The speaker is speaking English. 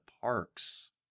parks